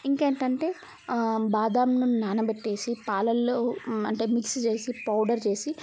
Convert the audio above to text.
ఇంకేంటంటే బాదాంను నానాబెట్టేసి పాలల్లో అంటే మిక్సీ చేసి పౌడర్ చేసి